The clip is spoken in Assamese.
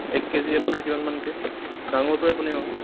এক কেজি আপোনাৰ কিমান মানকৈ ডাঙৰটোৱে আপুনি আও